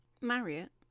Marriott